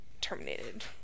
terminated